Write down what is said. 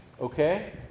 Okay